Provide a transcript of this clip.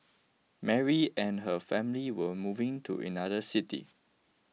Mary and her family were moving to another city